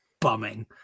bumming